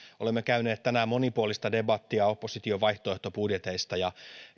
olemme käyneet tänään monipuolista debattia opposition vaihtoehtobudjeteista ja